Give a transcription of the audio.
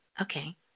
Okay